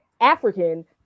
African